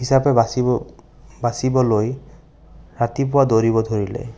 হিচাপে বাচিব বাচিবলৈ ৰাতিপুৱা দৌৰিব ধৰিলে